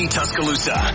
Tuscaloosa